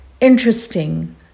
interesting